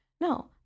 No